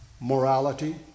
morality